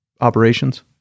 operations